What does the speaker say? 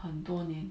很多年